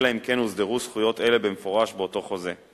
אלא אם כן הוסדרו זכויות אלה במפורש באותו חוזה.